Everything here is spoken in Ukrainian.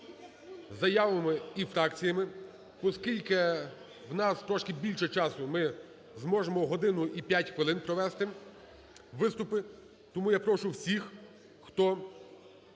з заявами і фракціями. Поскільки у нас трошки більше часу, ми зможемо годину і п'ять хвилин провести виступи. Тому я прошу всіх, хто